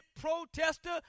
protester